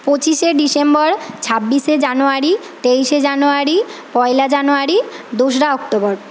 পঁচিশে ডিসেম্বর ছাব্বিশে জানুয়ারি তেইশে জানুয়ারি পয়লা জানুয়ারি দোসরা অক্টোবর